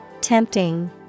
Tempting